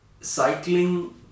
cycling